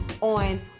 on